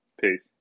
Peace